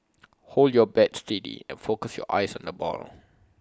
hold your bat steady and focus your eyes on the ball